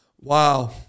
Wow